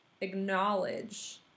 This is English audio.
acknowledge